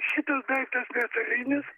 šitas daiktas metalinis